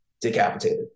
decapitated